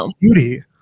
beauty